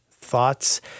thoughts